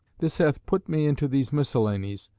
this hath put me into these miscellanies,